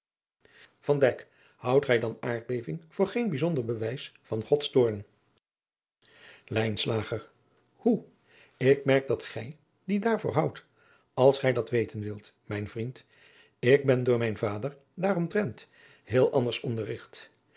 houdt gij dan aardbeving voor geen bijzonder bewijs van gods toorn lijnslager hoe ik merk dat gij die daar voor houdt als gij dat weten wilt mijn vriend ik ben door mijn vader daaromtrent heel anders onderrigt